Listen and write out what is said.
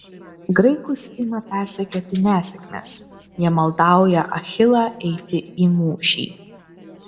graikus ima persekioti nesėkmės jie maldauja achilą eiti į mūšį